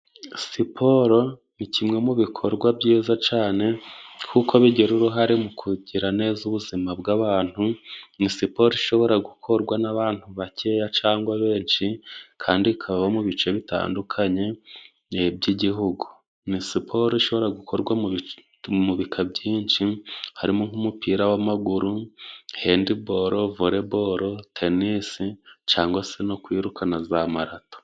Siporo ni kimwe mu bikorwa byiza cane kuko bigira uruhare mu kugira neza ubuzima bw'abantu, ni siporo ishobora gukorwa n'abantu bakeya cangwa benshi kandi ikabamo ibice bitandukanye by'igihugu. Ni siporo ishobora gukorwa mu bika byinshi harimo nk'umupira w'amaguru, handibolo, volebolo, tenisi cangwa se no kwiruka, na za marato.